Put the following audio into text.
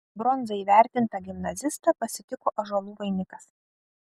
bronza įvertintą gimnazistą pasitiko ąžuolų vainikas